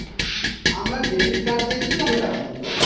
আমরা debit card দিয়ে কিভাবে টাকা তুলবো?